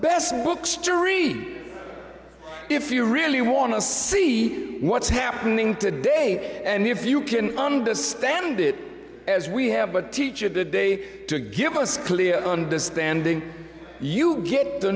best books jury if you really want to see what's happening today and if you can understand it as we have a teacher of the day to give us clear understanding you get the